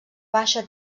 baixa